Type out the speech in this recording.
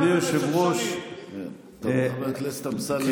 אדוני היושב-ראש -- חבר הכנסת אמסלם